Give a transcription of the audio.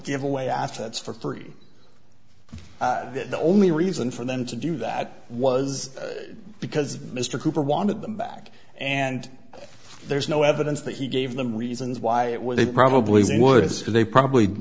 give away assets for free the only reason for them to do that was because mr cooper wanted them back and there's no evidence that he gave them reasons why it would they probably would as they probably